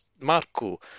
Marco